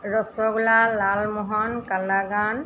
rasgulla lalmohan kalakand